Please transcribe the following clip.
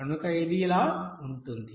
కనుక ఇది ఇలా ఉంటుంది